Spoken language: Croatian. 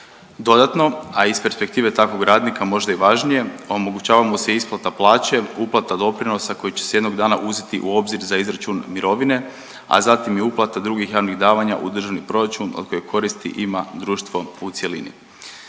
Dodatno, a iz perspektive takvog radnika, možda i važnije, omogućava mu se isplata plaće, uplata doprinosa koji će se jednog dana uzeti u obzir za izračun mirovine, a zatim i uplata drugih javnih davanja u državni proračun od kojih koristi ima društvo u cjelini.